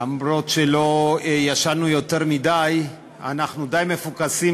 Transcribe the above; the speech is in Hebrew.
אף-על-פי שלא ישנו יותר מדי אנחנו די מפוקסים,